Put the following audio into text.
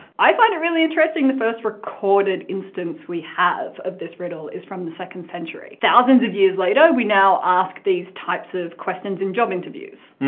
i find it really addressing the first recorded instance we have of this riddle is from the second century. thousands of years later, we now ask these types of questions in job interviews.